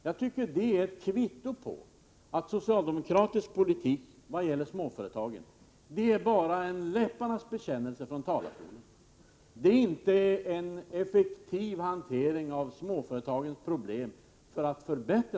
Jag tycker att det är ett kvitto på att socialdemokratisk politik i vad det gäller småföretagen bara är en läpparnas bekännelse från talarstolen. Det är inte en effektiv hantering av småföretagens problem för att lösa dem.